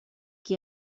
qui